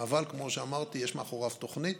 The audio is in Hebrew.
אבל כמו שאמרתי, יש מאחוריו תוכנית,